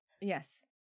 Yes